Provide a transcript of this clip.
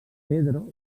pedro